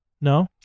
No